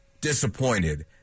disappointed